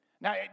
Now